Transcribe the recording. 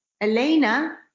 Elena